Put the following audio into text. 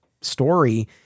story